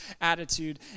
attitude